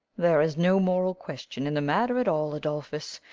there is no moral question in the matter at all, adolphus.